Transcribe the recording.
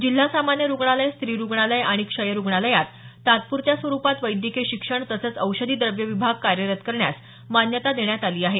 जिल्हा सामान्य रुग्णालय स्त्री रुग्णालय आणि क्षय रुग्णालयात तात्प्रत्या स्वरूपात वैद्यकीय शिक्षण तसंच औषधी द्रव्यं विभाग कार्यरत करण्यास मान्यता देण्यात आली आहे